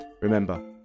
Remember